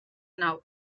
nau